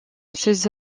ces